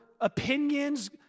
opinions